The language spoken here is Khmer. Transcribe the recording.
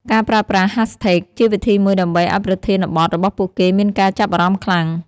ការប្រើប្រាស់ ហាសថេក ជាវិធីមួយដើម្បីឱ្យប្រធានបទរបស់ពួកគេមានការចាប់អារម្មណ៍ខ្លាំង។